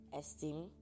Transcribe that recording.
esteem